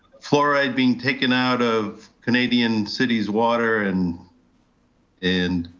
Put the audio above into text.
fluoride being taken out of canadian cities water and and